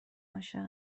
عاشق